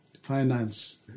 finance